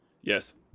yes